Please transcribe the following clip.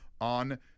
on